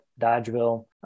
Dodgeville